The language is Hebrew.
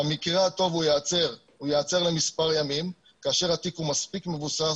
במקרה הטוב הוא ייעצר למספר ימים כאשר התיק הוא מספיק מבוסס,